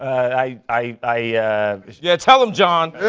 i yeah, tell him, john.